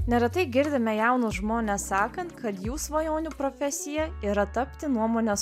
neretai girdime jaunus žmones sakant kad jų svajonių profesija yra tapti nuomonės